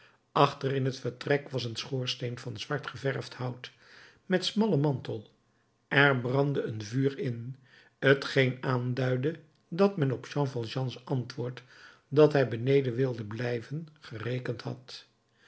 achter in het vertrek was een schoorsteen van zwart geverfd hout met smallen mantel er brandde een vuur in t geen aanduidde dat men op jean valjeans antwoord dat hij beneden wilde blijven gerekend had